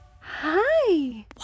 Hi